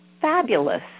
fabulous